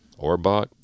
Orbach